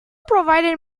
provided